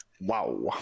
Wow